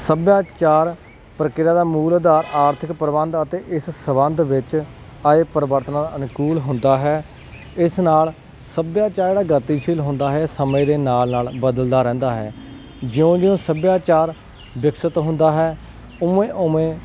ਸੱਭਿਆਚਾਰ ਪ੍ਰਕਿਰਿਆ ਦਾ ਮੂਲ ਆਧਾਰ ਆਰਥਿਕ ਪ੍ਰਬੰਧ ਅਤੇ ਇਸ ਸਬੰਧ ਵਿੱਚ ਆਏ ਪਰਿਵਰਤਨਾਂ ਅਨੁਕੂਲ ਹੁੰਦਾ ਹੈ ਇਸ ਨਾਲ ਸੱਭਿਆਚਾਰ ਜਿਹੜਾ ਗਤੀਸ਼ੀਲ ਹੁੰਦਾ ਹੈ ਸਮੇਂ ਦੇ ਨਾਲ ਨਾਲ ਬਦਲਦਾ ਰਹਿੰਦਾ ਹੈ ਜਿਉਂ ਜਿਉਂ ਸੱਭਿਆਚਾਰ ਵਿਕਸਿਤ ਹੁੰਦਾ ਹੈ ਉਵੇਂ ਉਵੇ